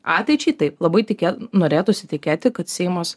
ateičiai taip labai tikėt norėtųsi tikėti kad seimas